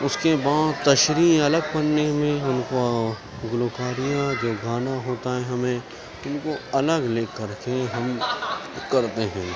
اس کے بعد تشریح الگ کرنے میں ہم کو گلوکاریاں جو گانا ہوتا ہے ہمیں ان کو الگ لکھ کر کے ہم کرتے ہیں